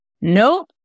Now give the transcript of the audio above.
Nope